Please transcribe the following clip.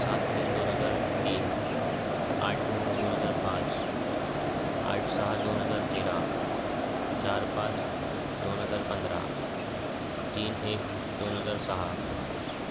सात तीन दोन हजार तीन आठ नऊ दोन हजार पाच आठ सहा दोन हजार तेरा चार पाच दोन हजार पंधरा तीन एक दोन हजार सहा